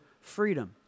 freedom